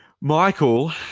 Michael